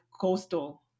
coastal